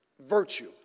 virtue